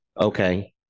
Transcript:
okay